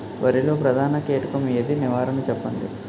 వరిలో ప్రధాన కీటకం ఏది? నివారణ చెప్పండి?